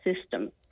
system